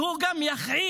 והוא גם יכעיס